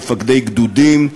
מפקדי גדודים,